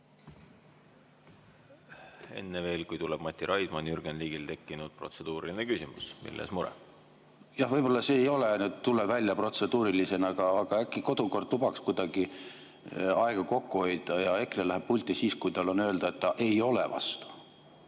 Enne veel, kui tuleb Mati Raidma, on Jürgen Ligil tekkinud protseduuriline küsimus. Milles mure? Jah, võib-olla see ei tule välja protseduurilisena, aga äkki kodukord lubaks kuidagi aega kokku hoida ja EKRE läheb pulti siis, kui tal on öelda, et ta ei ole vastu.